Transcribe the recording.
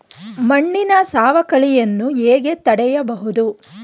ಮಣ್ಣಿನ ಸವಕಳಿಯನ್ನು ಹೇಗೆ ತಡೆಯಬಹುದು?